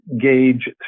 gauge